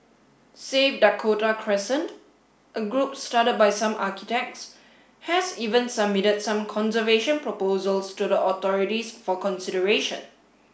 save Dakota Crescent a group started by some architects has even submitted some conservation proposals to the authorities for consideration